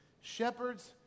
Shepherds